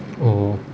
orh